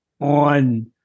on